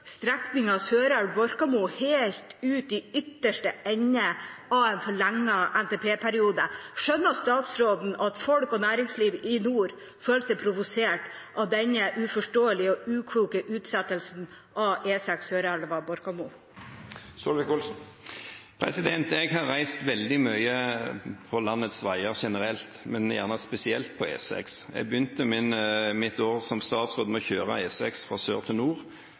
helt ut i ytterste ende av en forlenget NTP-periode. Skjønner statsråden at folk og næringsliv i nord føler seg provosert av denne uforståelige og ukloke utsettelsen av E6 Sørelva–Borkamo? Jeg har reist veldig mye på landets veier generelt, men spesielt på E6. Jeg begynte mitt år som statsråd med å kjøre E6 fra sør til nord.